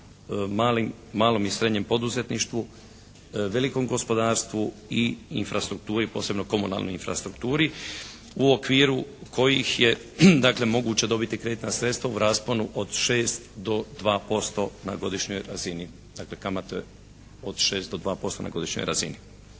malom i srednjem poduzetništvu, velikom gospodarstvu i infrastrukturi, posebno komunalnoj infrastrukturi u okviru kojih je dakle moguće dobiti kreditna sredstva u rasponu od 6 do 2% na godišnjoj razini.